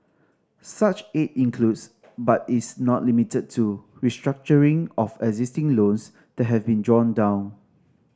such aid includes but is not limited to restructuring of existing loans that have been drawn down